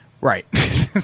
Right